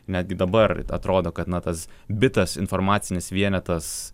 netgi dabar atrodo kad na tas bitas informacinis vienetas